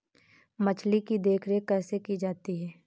मछली की देखरेख कैसे की जाती है?